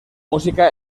música